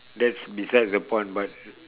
that's besides the point but